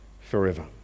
forever